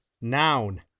Noun